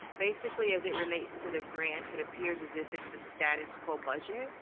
basically as it relates to the grants. it appears as if it's a status quo budget.